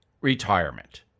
retirement